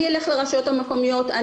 הוא ילך לרשויות המקומיות,